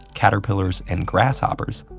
caterpillars, and grasshoppers,